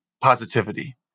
positivity